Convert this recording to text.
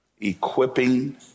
equipping